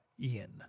Ian